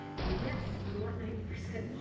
and yes, we want ninety percent